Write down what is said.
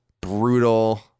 brutal